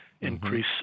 increase